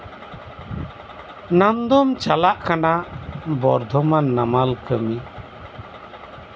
ᱟᱯᱱᱟᱨ ᱫᱚᱢ ᱪᱟᱞᱟᱜ ᱠᱟᱱᱟ ᱵᱚᱨᱫᱷᱚᱢᱟᱱ ᱱᱟᱢᱟᱞ ᱠᱟᱹᱢᱤ